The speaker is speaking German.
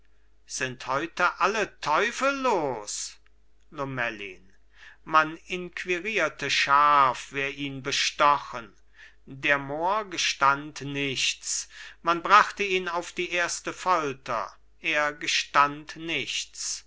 sind heut alle teufel los lomellin man inquirierte scharf wer ihn bestochen der mohr gestand nichts man bracht ihn auf die erste folter er gestand nichts